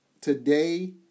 today